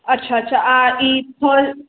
अच्छा अच्छा आ ई फल